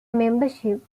membership